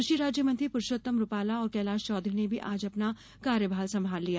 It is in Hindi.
कृषि राज्यमंत्री पुरूषोत्तम रूपाला और कैलाश चौधरी ने भी आज अपना कार्यभार संभाल लिया